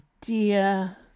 dear